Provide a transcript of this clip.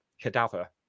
cadaver